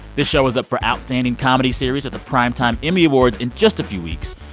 this show is up for outstanding comedy series at the primetime emmy awards in just a few weeks.